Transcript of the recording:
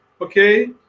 okay